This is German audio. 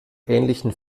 ähnlichen